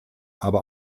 aber